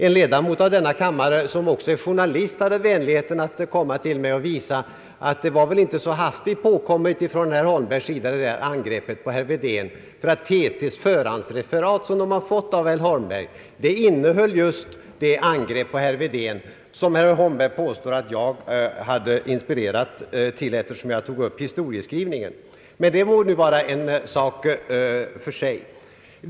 En ledamot av denna kammare, som också är journalist, hade vänligheten att efteråt komma till mig och visa att detta angrepp inte var så hastigt påkommet hos herr Holmberg. TT:s förhandsreferat, som TT hade fått av herr Holmberg, innehöll just detta an grepp på herr Wedén, som herr Holmberg påstår att jag hade inspirerat honom till genom att ta upp historieskrivningen. Det må nu vara en sak för sig.